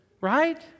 Right